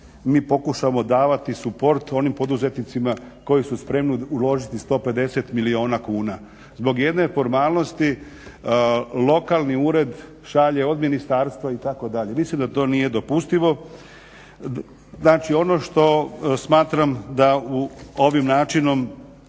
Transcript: mi pokušamo davati support onim poduzetnicima koji su spremni uložiti 150 milijuna kuna. Zbog jedne formalnosti lokalni ured šalje od ministarstva itd. Mislim da to nije dopustivo. Znači, ono što smatram da ovim načinom